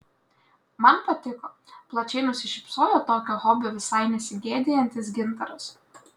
man patiko plačiai nusišypsojo tokio hobio visai nesigėdijantis gintaras